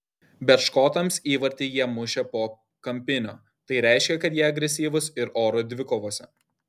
bet škotams įvartį jie mušė po kampinio tai reiškia kad jie agresyvūs ir oro dvikovose